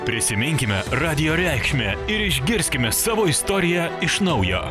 prisiminkime radijo reikšmę ir išgirskime savo istoriją iš naujo